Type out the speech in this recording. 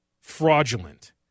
fraudulent